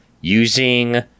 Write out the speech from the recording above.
using